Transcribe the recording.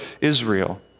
Israel